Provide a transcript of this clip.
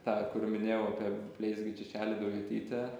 tą kur minėjau apie bleizgį čičelį daujotytę